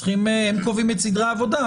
הם קובעים את סדרי עבודה.